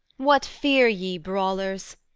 what fear ye, brawlers?